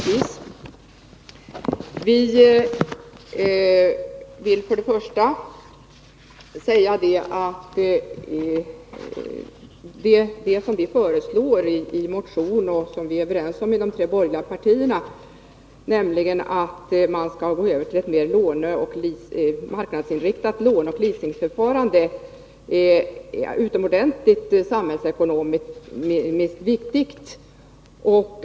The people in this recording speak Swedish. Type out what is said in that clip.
Vad vi föreslår i vår motion och vad vi är överens om inom de tre borgerliga partierna, nämligen att man skall gå över till ett mera marknadsinriktat låneoch leasingförfarande, är samhällsekonomiskt mycket angeläget.